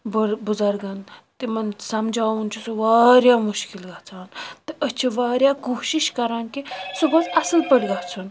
بُزرگن تِمن سمجاوُن چھُ سُہ واریاہ مُشکِل گژھان تہِ أسی چھِ واریاہ کوٗشش کٔران کہِ سُہ گوٚژھ اصٕل پٲٹھۍ گژھُن